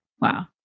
Wow